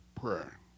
prayer